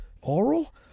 oral